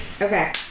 Okay